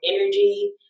energy